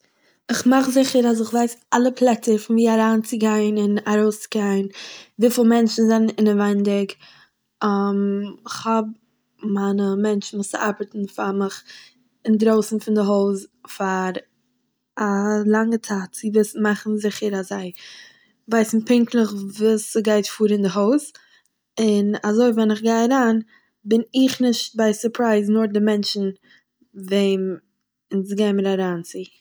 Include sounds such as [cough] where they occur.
איך מאך זיכער אז איך ווייס אלע פלעצער פון וואו אריינצוגיין און ארויסגיין וויפיל מענטשן זענען אינעווענדיגט. [hesitation] איך האב מיינע מענטשן וואס ארבעטן פאר מיך אינדרויסן פון די הויז פאר א לאנגע צייט צו וויסן מאכן זיכער אז זיי ווייסן פונקטליך וואס ס'גייט פאר אין די הויז און אזוי ווען איך גיי אריין בין איך נישט ביי סופרייז נאר די מענטשן וועם אונז גיימער אריין צו.